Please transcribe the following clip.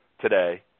today